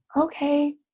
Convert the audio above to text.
okay